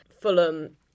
Fulham